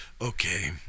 Okay